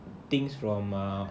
take things from uh